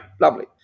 lovely